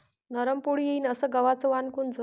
नरम पोळी येईन अस गवाचं वान कोनचं?